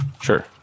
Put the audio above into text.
Sure